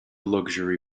luxury